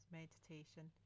meditation